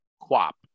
Quap